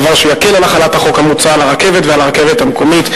דבר שיקל את החלת החוק המוצע על הרכבת ועל הרכבת המקומית,